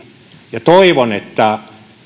liittyvät toivon että